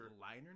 Liner